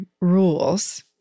rules